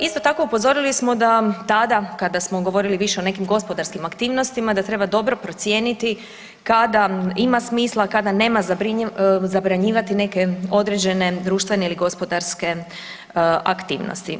Isto tako upozorili smo da tada kada smo govorili više o nekim gospodarskim aktivnostima, da treba dobro procijeniti kada ima smisla, kada nema zabranjivati neke određene društvene ili gospodarske aktivnosti.